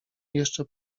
jeszcze